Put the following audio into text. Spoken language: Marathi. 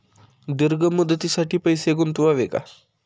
दीर्घ मुदतीसाठी पैसे गुंतवावे का?